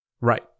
Right